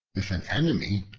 if an enemy,